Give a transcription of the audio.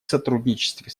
сотрудничестве